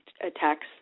attacks